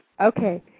Okay